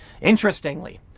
Interestingly